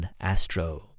Astro